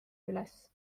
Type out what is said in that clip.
üles